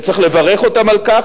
וצריך לברך אותם על כך,